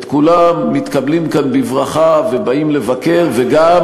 מתקבלים כאן בברכה ובאים לבקר, תעשה שלום.